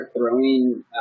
throwing